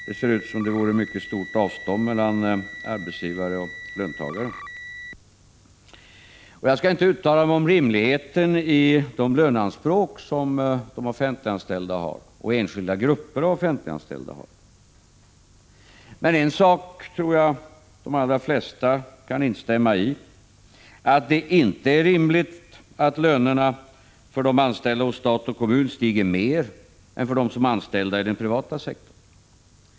Det ser ut som om det vore ett mycket stort avstånd mellan arbetsgivare och löntagare. Jag skall inte uttala mig om rimligheten i de löneanspråk som de offentliganställda eller enskilda grupper av de offentliganställda har. Men en sak tror jag de allra flesta kan instämma i, nämligen att det inte är rimligt att lönerna för de anställda hos stat och kommun stiger mer än lönerna för de anställda inom den privata sektorn.